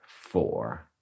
four